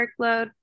workload